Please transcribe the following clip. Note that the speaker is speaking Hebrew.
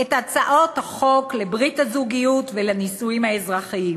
את הצעות החוק לברית הזוגיות ולנישואים אזרחיים.